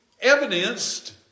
evidenced